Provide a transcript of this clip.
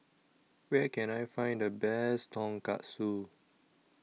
Where Can I Find The Best Tonkatsu